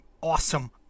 awesome